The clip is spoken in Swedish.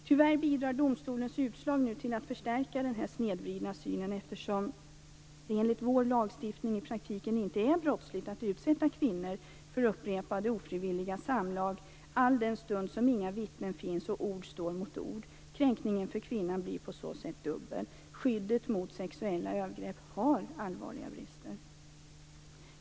Tyvärr bidrar domstolens utslag nu till att förstärka denna snedvridna syn, eftersom det enligt vår lagstiftning i praktiken inte är brottsligt att utsätta kvinnor för upprepade ofrivilliga samlag alldenstund som inga vittnen finns och ord står mot ord. Kränkningen för kvinnan blir på så sätt dubbel. Skyddet mot sexuella övergrepp har allvarliga brister.